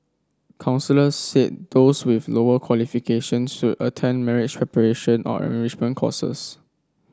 counsellors said those with lower qualifications should attend marriage preparation or enrichment courses